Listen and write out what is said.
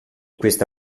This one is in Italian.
questa